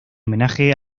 homenaje